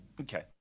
Okay